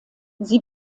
sie